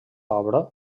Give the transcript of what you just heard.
obra